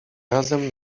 razem